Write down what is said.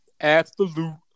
Absolute